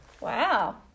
Wow